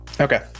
Okay